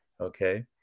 okay